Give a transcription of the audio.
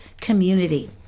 community